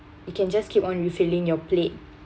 you can just keep on refilling your plate